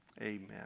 Amen